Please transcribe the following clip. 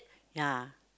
ya